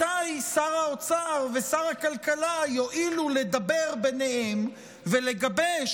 מתי שר האוצר ושר הכלכלה יואילו לדבר ביניהם ולגבש